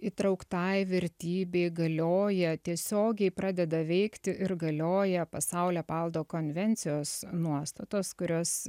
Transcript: įtrauktai vertybei galioja tiesiogiai pradeda veikti ir galioja pasaulio paveldo konvencijos nuostatos kurios